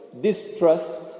distrust